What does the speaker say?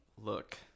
Look